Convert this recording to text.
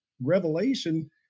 revelation